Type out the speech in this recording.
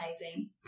amazing